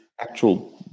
actual